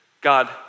God